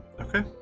Okay